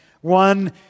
One